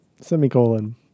semicolon